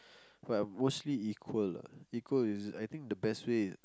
but almost equal lah equal is I think the best way